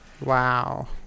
Wow